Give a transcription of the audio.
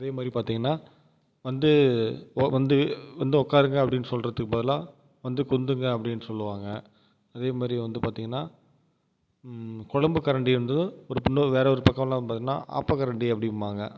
அதே மாதிரி பார்த்தீங்கன்னா வந்து ஒ வந்து வந்து உக்காருங்க அப்படின்னு சொல்றத்துக்கு பதிலாக வந்து குந்துங்க அப்படின்னு சொல்லுவாங்க அதே மாதிரி வந்து பார்த்தீங்கன்னா கொழம்பு கரண்டி வந்து ஒரு இப்போ இன்னோரு வேறு ஒரு பக்கமெலாம் பார்த்தீங்கன்னா ஆப்ப கரண்டின்னு அப்படிம்பாங்க